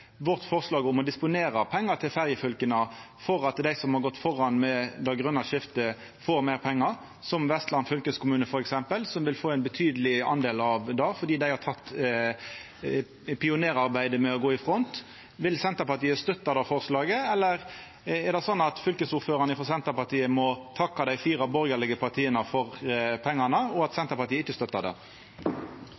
ferjefylka for at dei som har gått føre i det grøne skiftet, får meir pengar. Vestland fylkeskommune f.eks. vil få ein betyedeleg del av det fordi dei har teke pionerarbeidet med å gå i front. Vil Senterpartiet støtta det forslaget? Eller må fylkesordføraren frå Senterpartiet takka dei fire borgarlege partia for pengane medan Senterpartiet ikkje støttar det? Jo da, Fremskrittspartiet er seg selv likt, det også, så sånn sett er Arbeiderpartiet og Fremskrittspartiet litt like. Forskjellen er at